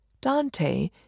Dante